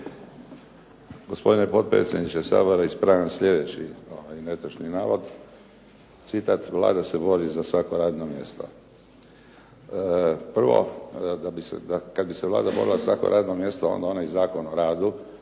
Gospodine potpredsjedniče Sabora, ispravljam sljedeći netočni navod. Citat “Vlada se bori sa svako radno mjesto“. Prvo, kad bi se Vlada borila za svako radno mjesto onda onaj Zakon o radu